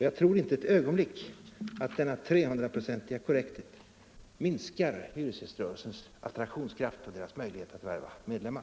Jag tror inte ett ögonblick att denna 300-procentiga korrekthet minskar hyresgäströrelsens attraktionskraft och dess möjlighet att värva medlemmar.